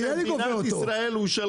אני לא גובה אותו, עזריאלי גובה אותו.